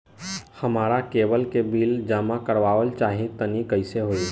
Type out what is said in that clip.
हमरा केबल के बिल जमा करावल चहा तनि कइसे होई?